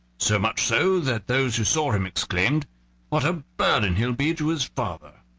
so much so that those who saw him exclaimed what a burden he'll be to his father!